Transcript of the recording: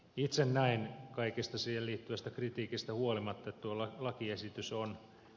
itse näen kaikesta siihen liittyvästä kritiikistä huolimatta että tuo lakiesitys on hyvä